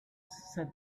said